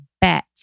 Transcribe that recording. bet